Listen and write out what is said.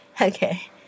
Okay